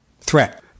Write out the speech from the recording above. threat